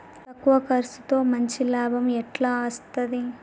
తక్కువ కర్సుతో మంచి లాభం ఎట్ల అస్తది?